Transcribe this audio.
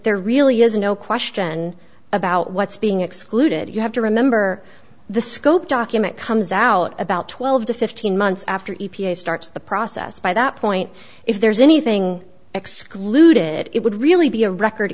there really is no question about what's being excluded you have to remember the scope document comes out about twelve to fifteen months after e p a starts the process by that point if there's anything excluded it would really be a record